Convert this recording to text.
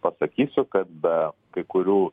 pasakysiu kad be kai kurių